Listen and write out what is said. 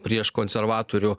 prieš konservatorių